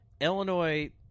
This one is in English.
Illinois